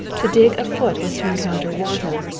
to dig a foot was to encounter water.